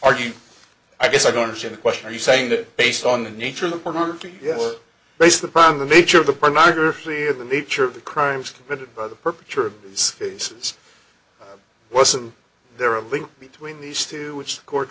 argued i guess i don't understand the question are you saying that based on the nature of pornography based upon the nature of the pornography or the nature of the crimes committed by the perpetrator of these cases wasn't there a link between these two which the court